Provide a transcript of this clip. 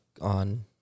on